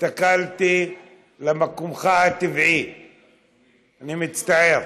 הסתכלתי על מקומך הטבעי, אני מצטער.